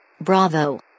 Bravo